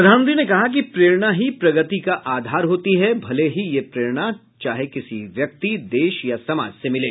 प्रधानमंत्री ने कहा कि प्रेरणा ही प्रगति का आधार होती है भले ही ये प्रेरणा चाहे किसी व्यक्ति देश या समाज से मिले